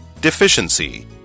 Deficiency